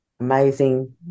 amazing